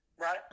Right